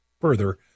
further